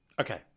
Okay